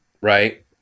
Right